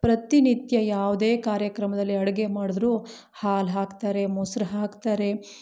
ಪ್ರತಿನಿತ್ಯ ಯಾವುದೇ ಕಾರ್ಯಕ್ರಮದಲ್ಲಿ ಅಡುಗೆ ಮಾಡಿದ್ರು ಹಾಲು ಹಾಕ್ತಾರೆ ಮೊಸ್ರು ಹಾಕ್ತಾರೆ